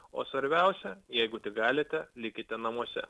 o svarbiausia jeigu tik galite likite namuose